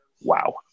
Wow